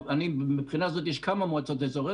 מבחינה זאת יש כמה מועצות אזוריות,